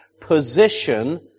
position